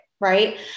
Right